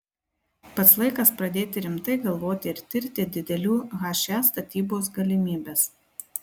pats laikas pradėti rimtai galvoti ir tirti didelių he statybos galimybes